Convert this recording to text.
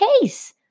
case